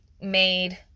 made